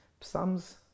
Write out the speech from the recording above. Psalms